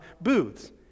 Booths